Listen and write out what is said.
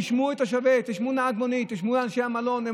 תשמעו את נהג נמונית, תשמעו את אנשי המלון.